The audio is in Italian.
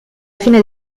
fine